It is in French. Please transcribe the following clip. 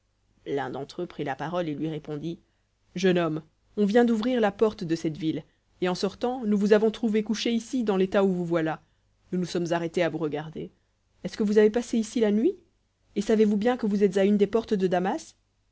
l'un d'entre eux prit la parole et lui répondit jeune homme on vient d'ouvrir la porte de cette ville et en sortant nous vous avons trouvé couché ici dans l'état où vous voilà nous nous sommes arrêtés à vous regarder est-ce que vous avez passé ici la nuit et savez-vous bien que vous êtes à une des portes de damas